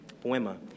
Poema